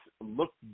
look